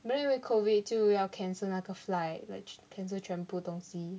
but then 因为 COVID 就要 cancel 那个 flight like cancel 全部东西